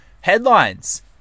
headlines